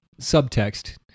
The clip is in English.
subtext